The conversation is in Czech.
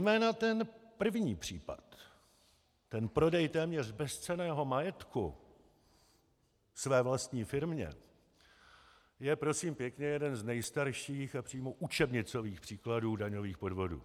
Zejména ten první případ, prodej téměř bezcenného majetku své vlastní firmě, je prosím pěkně jeden z nejstarších a přímo učebnicových příkladů daňových podvodů.